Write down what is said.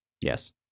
Yes